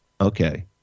Okay